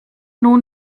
nun